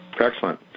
Excellent